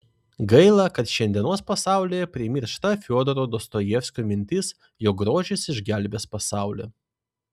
gaila kad šiandienos pasaulyje primiršta fiodoro dostojevskio mintis jog grožis išgelbės pasaulį